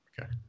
okay